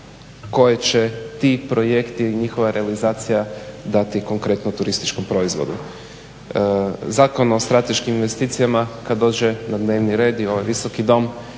koje će ti projekti i njihova realizacija dati konkretnom turističkom proizvodu. Zakon o strateškim investicijama kad dođe na dnevni red u ovaj Visoki dom